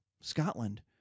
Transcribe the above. Scotland